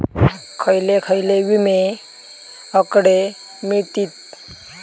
खयले खयले विमे हकडे मिळतीत?